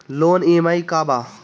Loan EMI का बा?